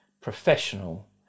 professional